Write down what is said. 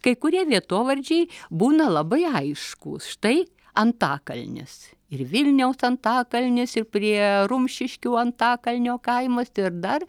kai kurie vietovardžiai būna labai aiškūs štai antakalnis ir vilniaus antakalnis ir prie rumšiškių antakalnio kaimas ir dar